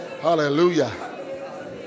hallelujah